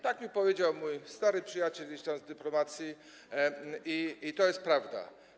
Tak mi powiedział mój stary przyjaciel z dyplomacji i to jest prawda.